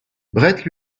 brett